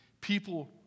people